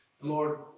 Lord